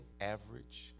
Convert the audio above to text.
average